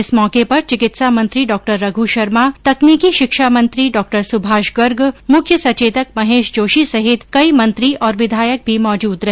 इस मौके पर चिकित्सा मंत्री डॉ रघू शर्मा तकनीकी शिक्षा मंत्री डॉ सुभाष गर्ग मुख्य सचेतक महेश जोशी सहित कई मंत्री और विधायक भी मौजूद रहे